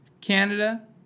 Canada